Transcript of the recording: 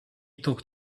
talk